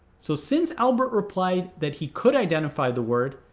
so since albert replied that he could identify the word,